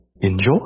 Enjoy